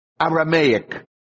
Aramaic